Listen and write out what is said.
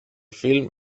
film